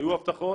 היו הבטחות,